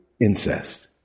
incest